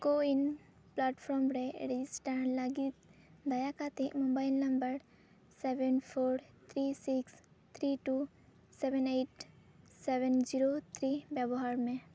CoWIN platform ᱨᱮ register ᱞᱟᱹᱜᱤᱫ ᱫᱟᱭᱟ ᱠᱟᱛᱮᱫ mobile number seven four three six three two seven eight seven zero three ᱵᱮᱵᱚᱦᱟᱨ ᱢᱮ